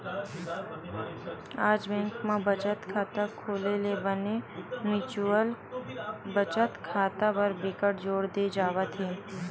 आज बेंक म बचत खाता खोले ले बने म्युचुअल बचत खाता बर बिकट जोर दे जावत हे